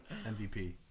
MVP